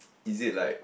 is it like